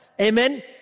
Amen